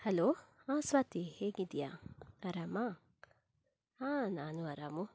hello ಹಾಂ ಸ್ವಾತಿ ಹೇಗಿದಿಯಾ ಆರಾಮಾ ಹಾಂ ನಾನು ಆರಾಮ